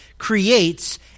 creates